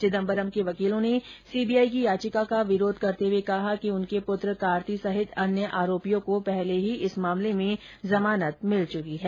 चिदम्बरम के वकीलों ने सीबीआई की याचिका का विरोध करते हुए कहा कि उनके पुत्र कार्ति सहित अन्य आरोपियों को पहले ही इस मामले में जमानत मिल चुकी है